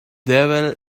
devil